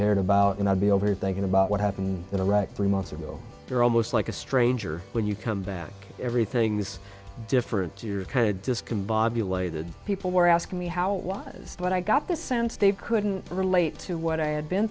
cared about and i'd be over thinking about what happened in iraq three months ago they're almost like a stranger when you come that everything's different to your kind of discombobulated people were asking me how it was that i got the sense they've couldn't relate to what i had been